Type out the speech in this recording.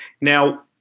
Now